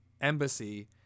embassy